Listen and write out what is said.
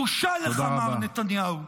בושה לך, מר נתניהו.